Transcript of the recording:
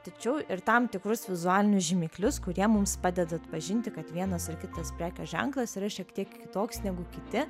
tačiau ir tam tikrus vizualinius žymiklius kurie mums padeda atpažinti kad vienas ar kitas prekės ženklas yra šiek tiek kitoks negu kiti